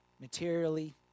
Materially